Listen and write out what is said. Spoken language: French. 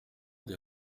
des